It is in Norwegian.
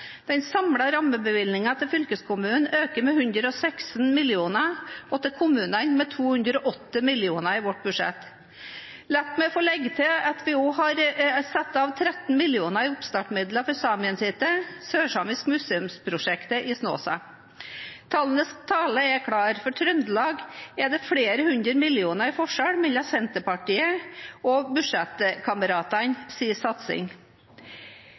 Den samlede rammebevilgningen til fylkeskommunen øker med 116 mill. kr og til kommunene med 208 mill. kr i vårt budsjett. La meg få legge til at vi også har satt av 13 mill. kr i oppstartsmidler for Saemien Sijte – det sørsamiske museumsprosjektet i Snåsa. Tallenes tale er klare. For Trøndelag er det flere hundre millioner kroner i forskjell mellom Senterpartiets og budsjettkameratenes satsing.